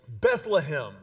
Bethlehem